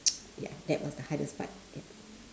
ya that was the hardest part